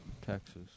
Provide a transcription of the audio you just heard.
Texas